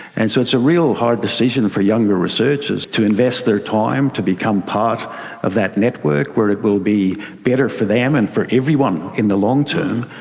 and so it's a real hard decision for younger researchers to invest their time, to become part of that network, where it will be better for them and for everyone in the long term,